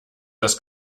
das